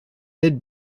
mid